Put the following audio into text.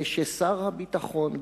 וששר הביטחון,